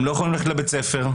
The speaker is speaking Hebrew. הם לא יכולים ללכת לבית ספר,